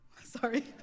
sorry